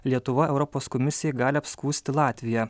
lietuva europos komisijai gali apskųsti latviją